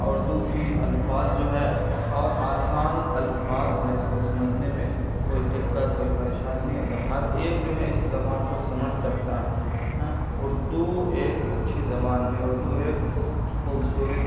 اور اردو کی الفاظ جو ہے اور آسان الفاظ ہے اس کو سمجھنے میں کوئی دقت کوئی پریشانی نہیں ہوتا ہر ایک جو ہے اس زبان کو سمجھ سکتا ہے ایں اردو ایک اچھی زبان ہے اردو ایک خوبصورت